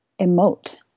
emote